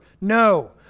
No